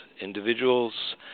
individuals